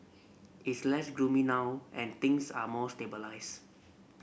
it's less gloomy now and things are more stabilise